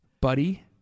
Buddy